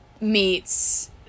meets